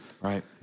right